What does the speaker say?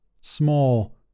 small